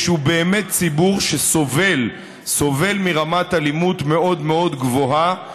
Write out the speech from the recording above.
שהוא באמת ציבור שסובל מרמת אלימות מאוד מאוד גבוהה.